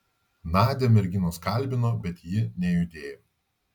nadią merginos kalbino bet ji nejudėjo